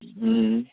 હા